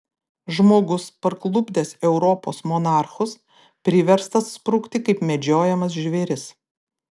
žmogus parklupdęs europos monarchus priverstas sprukti kaip medžiojamas žvėris